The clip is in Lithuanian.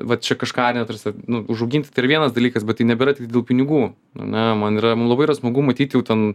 va čia kažką ar ne tarsi nu užauginti tai yra vienas dalykas bet tai nebėra tik dėl pinigų ar ne man yra labai yra smagu matyt jau ten